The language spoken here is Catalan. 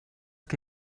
que